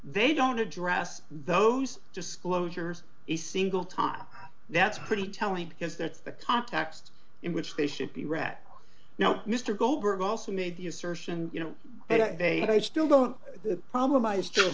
they don't address those disclosures a single time that's pretty telling because that's the context in which they should be read now mr goldberg also made the assertion you know that they still don't the problem i still